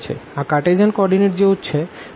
આ Cartesian coordinate જેવું જ છે